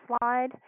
slide